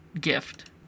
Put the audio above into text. gift